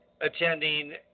attending